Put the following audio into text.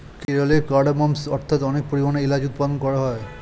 কেরলে কার্ডমমস্ অর্থাৎ অনেক পরিমাণে এলাচ উৎপাদন করা হয়